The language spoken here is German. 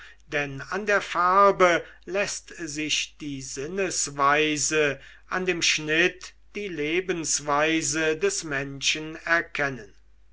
denn an der farbe läßt sich die sinnesweise an dem schnitt die lebensweise des menschen erkennen